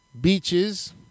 beaches